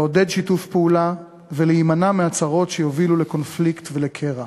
לעודד שיתוף פעולה ולהימנע מהצהרות שיובילו לקונפליקט ולקרע.